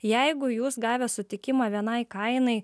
jeigu jūs gavę sutikimą vienai kainai